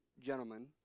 gentlemen